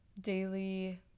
daily